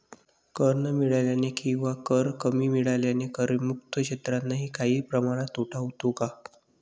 कर न मिळाल्याने किंवा कर कमी मिळाल्याने करमुक्त क्षेत्रांनाही काही प्रमाणात तोटा होतो का?